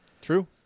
True